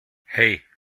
hey